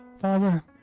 Father